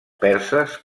perses